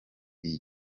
iyi